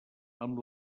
amb